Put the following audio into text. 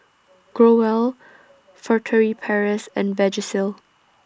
Growell Furtere Paris and Vagisil